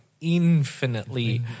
infinitely